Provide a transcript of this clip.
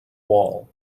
wall